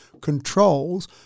controls